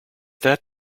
that